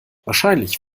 wahrscheinlich